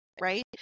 right